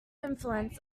influence